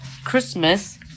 Christmas